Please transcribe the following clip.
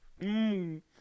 Mmm